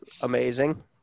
amazing